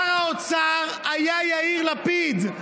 שר האוצר היה יאיר לפיד.